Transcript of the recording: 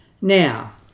Now